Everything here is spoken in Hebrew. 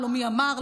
לא מי אמר,